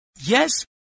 Yes